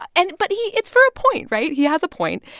and but he it's for a point, right? he has a point.